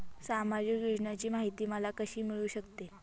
सामाजिक योजनांची माहिती मला कशी मिळू शकते?